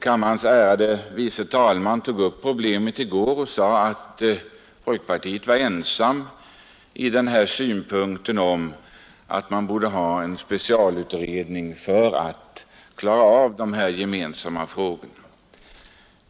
Kammarens ärade fru andre vice talman tog upp problemet i går och sade att folkpartiet var ensamt om synpunkten att man borde ha en specialutredning för att klara av dessa gemensamma frågor.